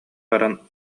баран